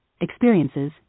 experiences